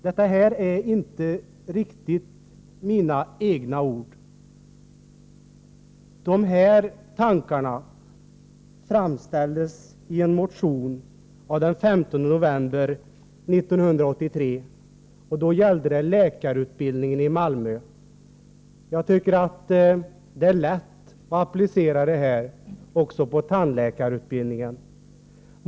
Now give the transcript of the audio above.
Detta är inte riktigt mina egna ord, utan de här tankarna framfördes i en motion av den 15 november 1983. Då gällde det läkarutbildningen i Malmö, men jag tycker att det är lätt att applicera resonemanget på tandläkarutbildningen också.